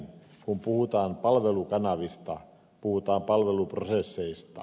kun puhutaan palvelukanavista puhutaan palveluprosesseista